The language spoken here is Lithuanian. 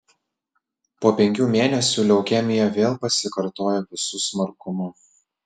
po penkių mėnesių leukemija vėl pasikartojo visu smarkumu